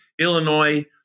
Illinois –